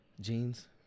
Jeans